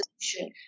solution